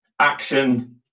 action